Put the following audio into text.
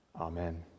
Amen